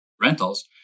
rentals